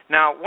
Now